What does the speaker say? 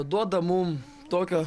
duoda mum tokio